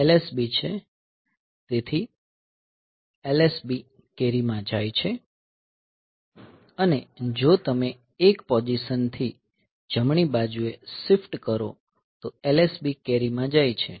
આ LSB છે તેથી LSB કેરીમાં જાય છે અને જો તમે 1 પોઝિશન થી જમણી બાજુએ શિફ્ટ કરો તો LSB કેરીમાં જાય છે